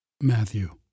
Matthew